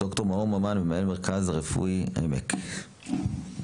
דוקטור מאור ממן, מנהל מרכז רפואי עמק בעפולה.